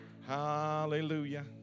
Hallelujah